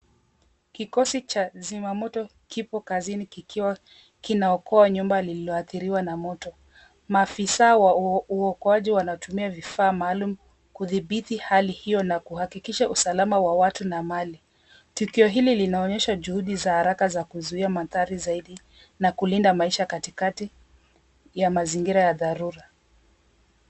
Kikosi cha zima moto kipo kazini kikiwa kinaokoa nyumba liliyoadhiriwa na moto. Maafisa wa uokoaji wanatumia vifaa maalum kudhibiti hali hiyo na kuhakikisha usalama wa watu na mali. Tukio hili linaonyesha juhudi za haraka za kuzuia madhara zaidi na kulinda maisha katikati ya mazingira ya dharura.